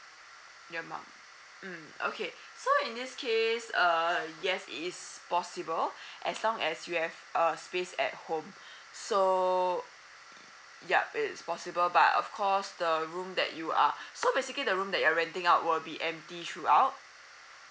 your mum mm okay so in this case err yes it is possible as long as you have a space at home so y~ yup it's possible but of course the room that you are so basically the room that you're renting out will be empty throughout